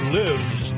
lives